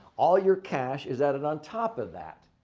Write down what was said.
all your cash is added on top of that.